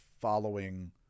following